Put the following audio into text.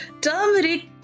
turmeric